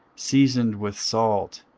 seasoned with salt,